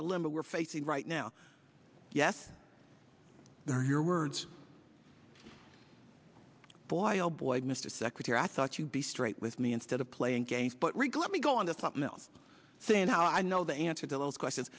dilemma we're facing right now yes there are your words boy oh boy mr secretary i thought you'd be straight with me instead of playing games but rick let me go on to something else saying how i know the answer to those questions